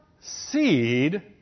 seed